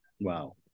Wow